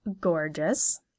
gorgeous